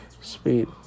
speed